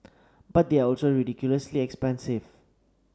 but they are also ridiculously expensive